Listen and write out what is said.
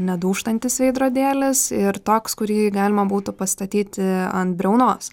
nedūžtantis veidrodėlis ir toks kurį galima būtų pastatyti ant briaunos